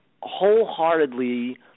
wholeheartedly